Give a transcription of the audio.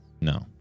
no